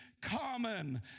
Common